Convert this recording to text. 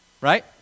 right